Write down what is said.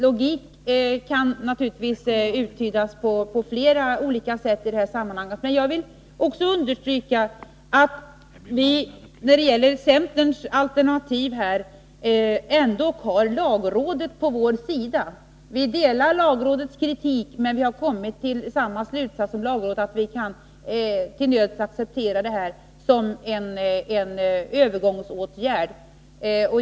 Logiken kan alltså ge utslag på flera olika sätt i detta sammanhang. Jag vill också understryka att vi när det gäller centerns alternativ här har lagrådet på vår sida. Vi ansluter oss till lagrådets kritik, men har också kommit fram till samma slutsats som lagrådet, att den föreslagna ordningen till nöds kan accepteras som en övergångsåtgärd.